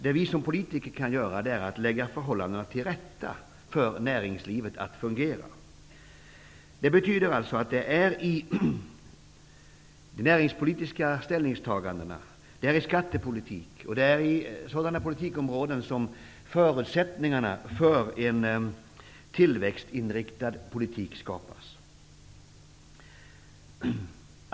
Det vi som politiker kan göra är att rätta till förhållandena, så att näringslivet kan fungera. Det betyder alltså att det är i de näringspolitiska ställningstagandena, genom skattepolitik och sådana politikområden som förutsättningarna för en tillväxtinriktad politik skapas.